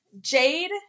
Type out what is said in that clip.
Jade